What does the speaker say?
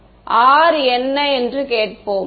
எனவே R என்ன என்று கேட்போம்